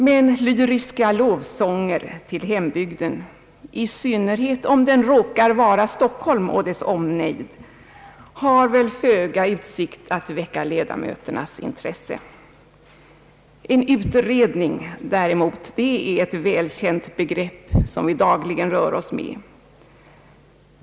Men lyriska lovsånger till hembygden, i synnerhet om den råkar vara Stockholm och dess omnejd, har väl föga utsikt att väcka ledamöternas intresse. En utredning däremot är ett välkänt begrepp som vi dagligen rör oss med.